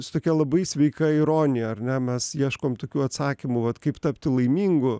su tokia labai sveika ironija ar ne mes ieškom tokių atsakymų vat kaip tapti laimingu